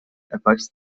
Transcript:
erweist